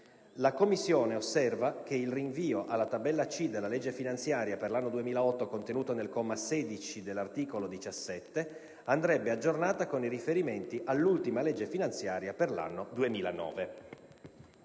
La Commissione osserva che il rinvio alla tabella C della legge finanziaria per l'anno 2008, contenuto nel comma 16 dell'articolo 17, andrebbe aggiornato con i riferimenti all'ultima legge finanziaria per l'anno 2009».